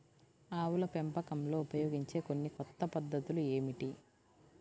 ఆవుల పెంపకంలో ఉపయోగించే కొన్ని కొత్త పద్ధతులు ఏమిటీ?